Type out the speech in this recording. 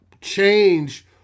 change